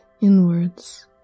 inwards